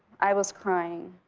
i was crying.